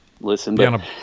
listen